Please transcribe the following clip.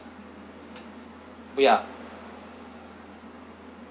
ya